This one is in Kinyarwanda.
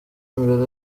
imbere